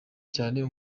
cyane